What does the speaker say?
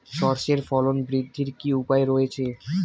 সর্ষের ফলন বৃদ্ধির কি উপায় রয়েছে?